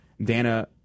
Dana